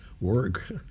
work